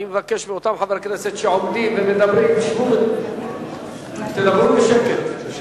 אני מבקש מאותם חברי כנסת שעומדים ומדברים: שבו ותדברו בשקט.